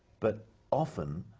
but often,